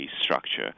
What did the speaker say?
structure